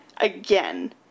again